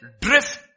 drift